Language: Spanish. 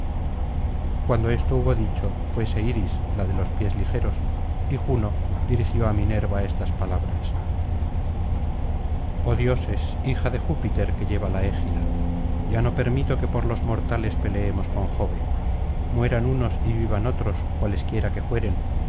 cuando esto hubo dicho fuese iris la de los pies ligeros y juno dirigió á minerva estas palabras oh dioses hija de júpiter que lleva la égida ya no permito que por los mortales peleemos con jove mueran unos y vivan otros cualesquiera que fueren